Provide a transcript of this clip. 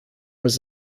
was